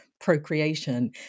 procreation